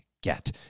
get